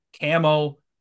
camo